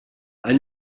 han